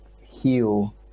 heal